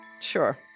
Sure